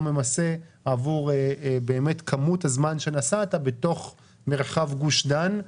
ממסה עבור כמות הזמן שנסעת בתוך מרחב גוש דן.